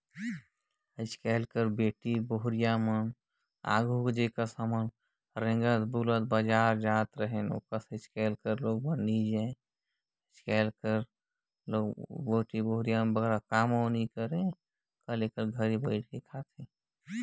आएज काएल कर बेटी बहुरिया मन आघु के मारकेटिंग कस मेहनत दार काम करबे नी करे